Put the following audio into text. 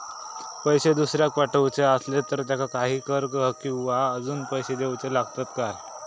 पैशे दुसऱ्याक पाठवूचे आसले तर त्याका काही कर किवा अजून पैशे देऊचे लागतत काय?